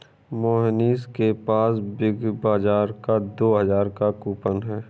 मोहनीश के पास Big Bazaar का दो हजार का कूपन है